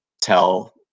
tell